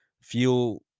feel